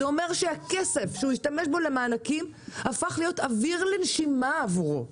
זה אומר שהכסף שהוא השתמש בו למענקים הפך להיות אוויר לנשימה עבורו.